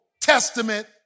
testament